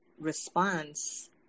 response